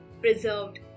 preserved